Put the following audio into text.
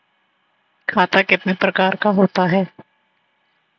खाता कितने प्रकार का होता है?